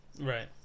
Right